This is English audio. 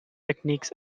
techniques